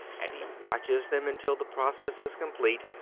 and he watches them until the process is complete,